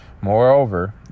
Moreover